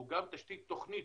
הוא גם תשתית תוכנית,